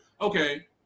okay